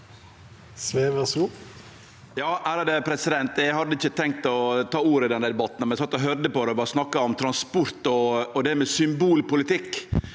Eg hadde ikkje tenkt å ta ordet i denne debatten, men eg sat og høyrde på, og det vart snakka om transport og det med symbolpolitikk.